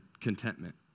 contentment